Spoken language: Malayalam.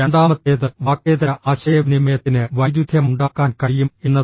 രണ്ടാമത്തേത് വാക്കേതര ആശയവിനിമയത്തിന് വൈരുദ്ധ്യമുണ്ടാക്കാൻ കഴിയും എന്നതാണ്